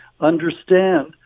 understand